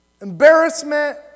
embarrassment